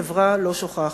החברה לא שוכחת.